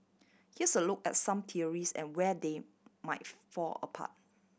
here's a look at some theories and where they might fall apart